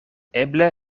eble